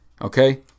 Okay